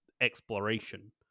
exploration